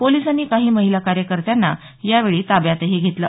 पोलिसांनी काही महिला कार्यत्यांना यावेळी ताब्यातही घेतलं